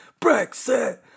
Brexit